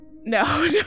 No